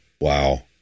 Wow